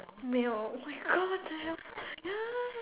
male oh my God what the hell ya